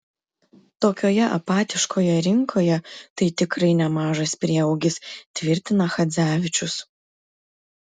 tokioje apatiškoje rinkoje tai tikrai nemažas prieaugis tvirtina chadzevičius